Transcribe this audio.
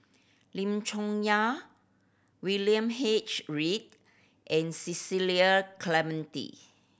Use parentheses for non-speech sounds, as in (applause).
Lim Chong Yah William H Read and (unintelligible) Clementi